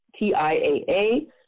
TIAA